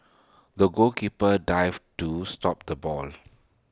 the goalkeeper dived to stop the ball